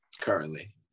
currently